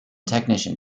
technician